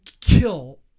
kill